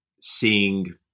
seeing